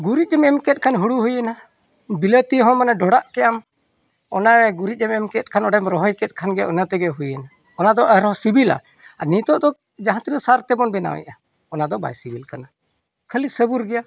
ᱜᱩᱨᱤᱡ ᱮᱢ ᱢᱮᱱᱮᱫ ᱠᱷᱟᱱ ᱦᱳᱲᱳ ᱦᱩᱭᱮᱱᱟ ᱵᱤᱞᱟᱹᱛᱤ ᱦᱚᱸ ᱢᱟᱱᱮ ᱰᱚᱰᱷᱟᱜ ᱠᱮᱜ ᱟᱢ ᱚᱱᱟ ᱜᱩᱨᱤᱡ ᱮᱢ ᱠᱮᱫ ᱠᱷᱟᱱ ᱚᱸᱰᱮᱢ ᱨᱚᱦᱚᱭ ᱠᱮᱫ ᱠᱷᱟᱱ ᱜᱮ ᱤᱱᱟᱹ ᱛᱮᱜᱮ ᱦᱩᱭᱱᱟ ᱚᱱᱟᱫᱚ ᱟᱨᱦᱚᱸ ᱥᱤᱵᱤᱞᱟ ᱟᱨ ᱱᱤᱛᱚᱜ ᱫᱚ ᱡᱟᱦᱟᱸ ᱛᱤᱱᱟᱹᱜ ᱥᱟᱨ ᱛᱮᱵᱚᱱ ᱵᱮᱱᱟᱣᱮᱜᱼᱟ ᱚᱱᱟᱫᱚ ᱵᱟᱭ ᱥᱤᱵᱤᱞ ᱠᱟᱱᱟ ᱠᱷᱟᱹᱞᱤ ᱥᱟᱹᱵᱩᱨ ᱜᱮᱭᱟ